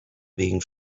being